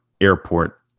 airport